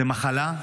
זו מחלה,